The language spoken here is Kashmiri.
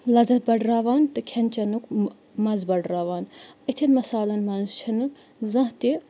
لَذت بَڑراوان تہٕ کھٮ۪ن چٮ۪نُک مَزٕ بڑراوان یِتھٮ۪ن مصالَن منٛز چھِنہٕ زانٛہہ تہِ